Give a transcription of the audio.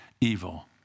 evil